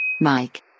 Mike